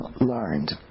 learned